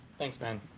thanks, ben.